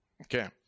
Okay